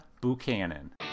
Buchanan